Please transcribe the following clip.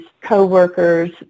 coworkers